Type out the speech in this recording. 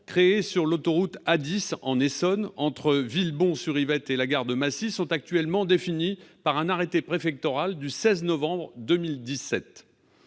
créée sur l'autoroute A10, en Essonne, entre Villebon-sur-Yvette et la gare de Massy sont actuellement définies par un arrêté préfectoral du 16 novembre 2017.